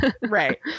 Right